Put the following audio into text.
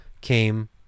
came